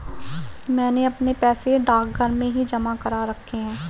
मैंने अपने पैसे डाकघर में ही जमा करा रखे हैं